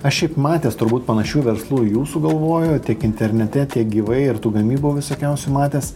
aš šiaip matęs turbūt panašių verslų į jūsų galvoju tiek internete tiek gyvai ir tų gamybų visokiausių matęs